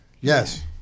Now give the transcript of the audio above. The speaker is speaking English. Yes